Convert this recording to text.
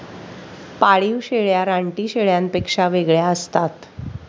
पाळीव शेळ्या रानटी शेळ्यांपेक्षा वेगळ्या असतात